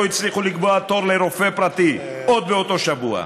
הצליחו לקבוע תור לרופא פרטי עוד באותו שבוע.